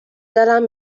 دلم